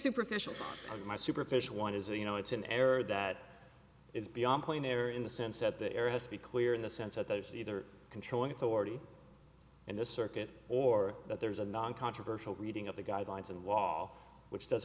superficial and my superficial one is a you know it's an error that is beyond clean air in the sense that the air has to be clear in the sense that those either controlling authority in the circuit or that there's a non controversial reading of the guidelines and law which does